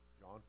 John